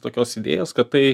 tokios idėjos kad tai